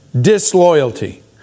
Disloyalty